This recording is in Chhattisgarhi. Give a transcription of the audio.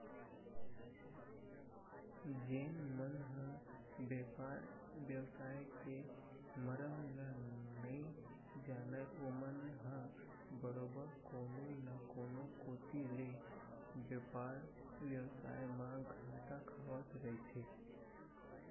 जेन मन ह बेपार बेवसाय के मरम ल नइ जानय ओमन ह बरोबर कोनो न कोनो कोती ले बेपार बेवसाय म घाटा खावत रहिथे